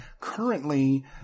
Currently